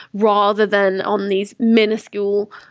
rather than on these miniscule